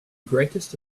greatest